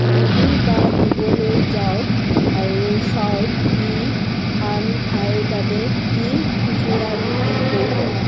Google বা ইবলৈ যাওক আৰু চাওক ই আন ঠাইৰ বাবে কি খুচুৰা বিক্ৰী কৰিব